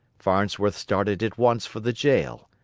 farnsworth started at once for the jail.